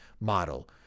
model